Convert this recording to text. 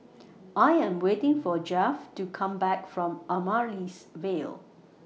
I Am waiting For Geoff to Come Back from Amaryllis Ville